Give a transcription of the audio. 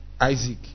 Isaac